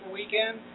weekend